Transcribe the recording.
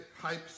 hypes